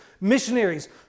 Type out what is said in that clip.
missionaries